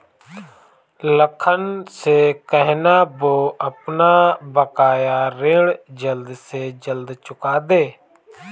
लखन से कहना, वो अपना बकाया ऋण जल्द से जल्द चुका दे